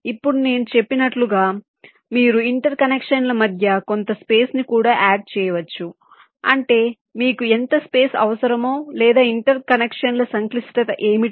ఇప్పుడు నేను చెప్పినట్లుగా మీరు ఇంటర్ కనెక్షన్ల మధ్య కొంత స్పేస్ ని కూడా యాడ్ చేయవచ్చు అంటే మీకు ఎంత స్పేస్ అవసరమో లేదా ఇంటర్ కనెక్షన్ల సంక్లిష్టత ఏమిటి